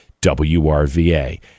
WRVA